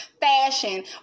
fashion